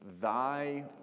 Thy